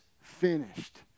finished